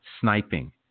sniping